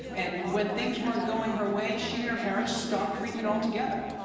and when things weren't going her way, she and her parents stopped treatment altogether.